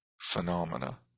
phenomena